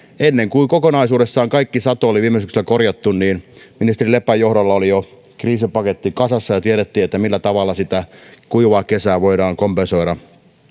ennen kuin kokonaisuudessaan kaikki sato oli viime syksynä korjattu niin ministeri lepän johdolla oli jo kriisipaketti kasassa ja tiedettiin millä tavalla kuivaa kesää voidaan kompensoida